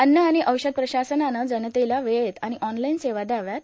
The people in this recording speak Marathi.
अव्न आणि औषध प्रशासनानं जनतेला वेळेत आणि ऑनलाईन सेवा द्याव्यात